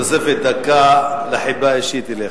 תוספת דקה לחיבה האישית אליך.